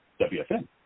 WFM